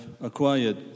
acquired